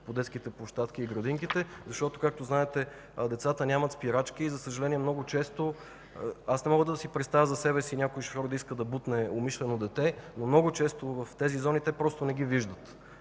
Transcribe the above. в детските площадки и градинките, защото, както знаете, децата нямат спирачки. Аз не мога да си представя за себе си някой шофьор да иска да бутне умишлено дете, но много често в тези зони те просто не ги виждат